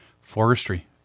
forestry